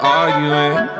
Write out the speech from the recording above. arguing